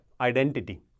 identity